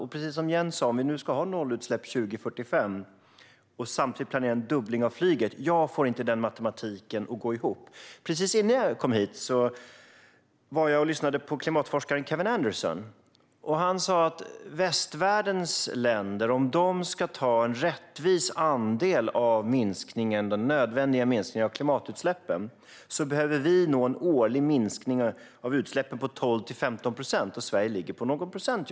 Och om vi ska ha nollutsläpp 2045 och samtidigt planerar en dubbling av flyget får jag inte matematiken att gå ihop, precis som Jens sa. Precis innan jag kom hit var jag och lyssnade på klimatforskaren Kevin Anderson. Han sa att västvärldens länder, om de ska ta en rättvis andel av den nödvändiga minskningen av klimatutsläppen, behöver nå en årlig minskning av utsläppen på 12-15 procent. Sverige ligger just nu på någon procent.